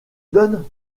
donne